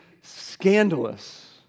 scandalous